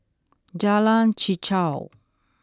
Jalan Chichau